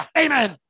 amen